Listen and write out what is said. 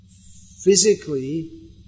physically